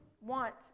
want